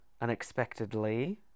unexpectedly